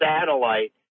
satellite